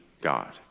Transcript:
God